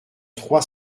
trois